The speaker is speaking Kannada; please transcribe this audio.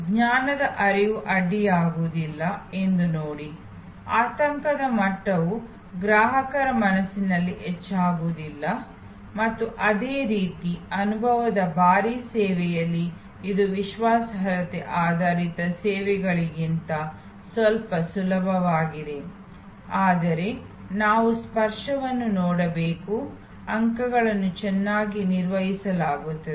ಜ್ಞಾನದ ಹರಿವು ಅಡ್ಡಿಯಾಗುವುದಿಲ್ಲ ಎಂದು ನೋಡಿ ಆತಂಕದ ಮಟ್ಟವು ಗ್ರಾಹಕರ ಮನಸ್ಸಿನಲ್ಲಿ ಹೆಚ್ಚಾಗುವುದಿಲ್ಲ ಮತ್ತು ಅದೇ ರೀತಿ ಅನುಭವದ ಭಾರೀ ಸೇವೆಗಳಲ್ಲಿ ಇದು ವಿಶ್ವಾಸಾರ್ಹತೆ ಆಧಾರಿತ ಸೇವೆಗಳಿಗಿಂತ ಸ್ವಲ್ಪ ಸುಲಭವಾಗಿದೆ ಆದರೆ ನಾವು ಸ್ಪರ್ಶವನ್ನು ನೋಡಬೇಕು ಅಂಕಗಳನ್ನು ಚೆನ್ನಾಗಿ ನಿರ್ವಹಿಸಲಾಗುತ್ತದೆ